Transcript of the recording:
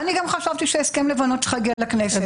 אני גם חשבתי שהסכם לבנון צריך להגיע לכנסת.